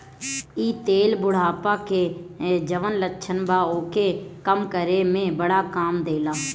इ तेल बुढ़ापा के जवन लक्षण बा ओके कम करे में बड़ा काम देला